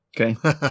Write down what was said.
Okay